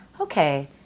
okay